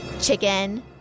chicken